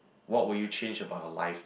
what would you change about your life lah